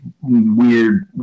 Weird